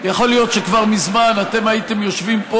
יכול להיות שכבר מזמן אתם הייתם יושבים פה,